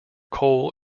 coal